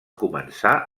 començar